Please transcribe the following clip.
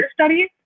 studies